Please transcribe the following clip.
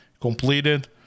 completed